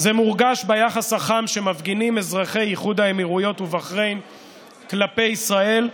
זה מורגש ביחס החם שמפגינים אזרחי איחוד האמירויות ובחריין כלפי ישראל,